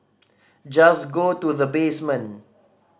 just go to the basement